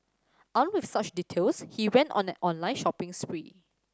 armed with such details he went on an online shopping spree